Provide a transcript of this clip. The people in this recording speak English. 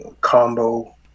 combo